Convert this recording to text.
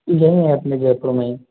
यहीं है अपने जयपुर में ही